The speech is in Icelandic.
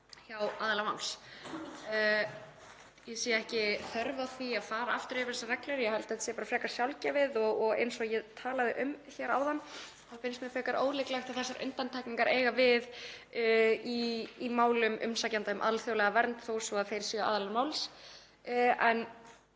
hjá aðila máls. Ég sé ekki þörf á því að fara aftur yfir þessar reglur, ég held þetta sé bara frekar sjálfgefið. Og eins og ég talaði um hér áðan finnst mér frekar ólíklegt að þessar undantekningar eigi við í málum umsækjenda um alþjóðlega vernd þó svo að þeir séu aðilar máls.